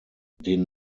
den